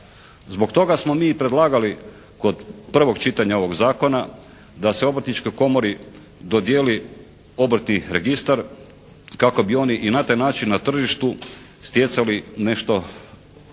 Zbog toga smo mi i predlagali kod prvog čitanja ovog zakona da se Obrtničkoj komori dodijeli obrtni registar kako bi oni i na taj način na tržištu stjecali nešto novca